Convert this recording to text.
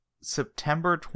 september